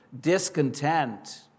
discontent